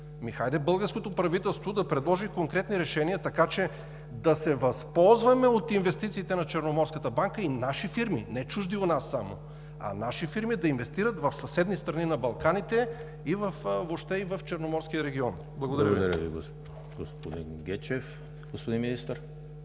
Хайде, българското правителство да предложи конкретни решения, така че да се възползваме от инвестициите на Черноморската банка и наши фирми – не чужди у нас само, а наши фирми да инвестират в съседни страни на Балканите и въобще в Черноморския регион. Благодаря Ви. ПРЕДСЕДАТЕЛ ЕМИЛ ХРИСТОВ: